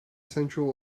sensual